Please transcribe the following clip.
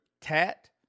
tat